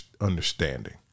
understanding